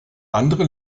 andere